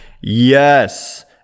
Yes